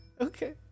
Okay